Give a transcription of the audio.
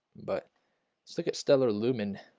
but let's look at stellar lumen